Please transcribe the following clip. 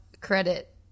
credit